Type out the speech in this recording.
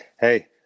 hey